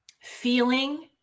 feeling